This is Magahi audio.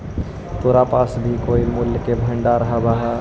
तोरा पास भी कोई मूल्य का भंडार हवअ का